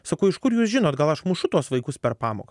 sakau iš kur jūs žinot gal aš mušu tuos vaikus per pamoką